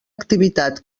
activitat